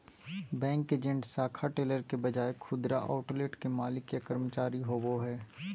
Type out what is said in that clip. bank agent शाखा teller के बजाय खुदरा आउटलेट के मालिक या कर्मचारी होवो हइ